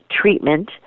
Treatment